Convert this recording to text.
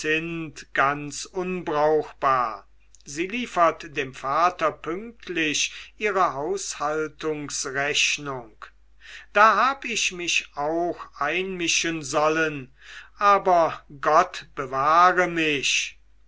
ganz unbrauchbar sie liefert dem vater pünktlich ihre haushaltungsrechnung da hab ich mich auch einmischen sollen aber gott bewahre mich